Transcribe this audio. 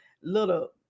little